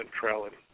centrality